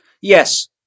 Yes